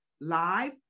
live